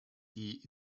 key